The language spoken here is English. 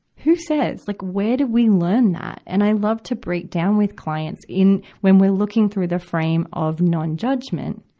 who says? like where did we learn that? and i love to break down with clients in, when we're looking through the frame of nonjudgment,